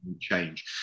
change